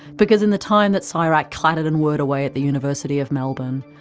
because in the time that so csirac clattered and whirred away at the university of melbourne,